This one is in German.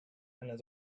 einer